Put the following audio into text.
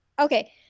okay